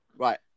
Right